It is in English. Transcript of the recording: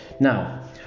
Now